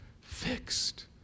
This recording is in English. fixed